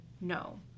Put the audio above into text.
No